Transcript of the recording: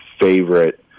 favorite